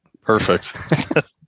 Perfect